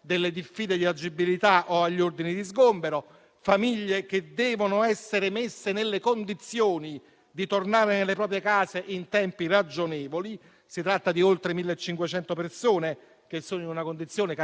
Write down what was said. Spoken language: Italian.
delle diffide di agibilità o agli ordini di sgombero. Famiglie che devono essere messe nelle condizioni di tornare nelle proprie case in tempi ragionevoli. Si tratta di oltre 1.500 persone che sono in una condizione